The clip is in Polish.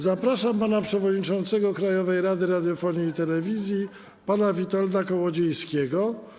Zapraszam przewodniczącego Krajowej Rady Radiofonii i Telewizji pana Witolda Kołodziejskiego.